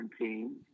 team